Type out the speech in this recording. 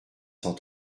cent